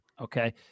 Okay